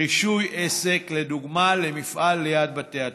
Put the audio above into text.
רישוי עסק, לדוגמה למפעל ליד בתי התושבים.